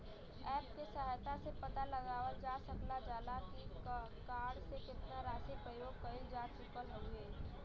app के सहायता से पता लगावल जा सकल जाला की कार्ड से केतना राशि प्रयोग कइल जा चुकल हउवे